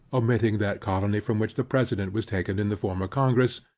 omitting that colony from which the president was taken in the former congress,